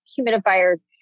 humidifiers